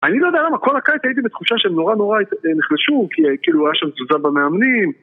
אני לא יודע למה כל הקיץ הייתי בתחושה שהם נורא נורא נחלשו כי כאילו היה שם תזוזה במאמנים